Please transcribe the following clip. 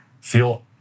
feel